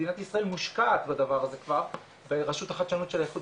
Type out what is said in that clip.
מדינת ישראל מושקעת בדבר הזה כבר ורשות החדשנות באיחוד